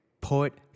put